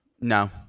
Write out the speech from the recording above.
No